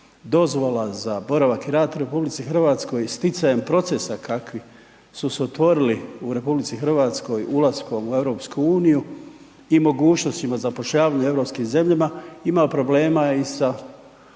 dozvola za boravak i rad u RH i sticajem procesa kakvi su se otvorili u RH ulaskom u EU i mogućnostima zapošljavanja u europskim zemljama imali problema i sa